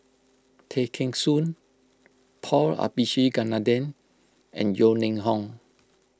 Tay Kheng Soon Paul Abisheganaden and Yeo Ning Hong